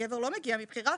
הגבר לא מגיע מבחירה,